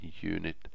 unit